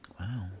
Wow